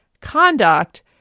conduct